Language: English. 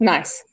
Nice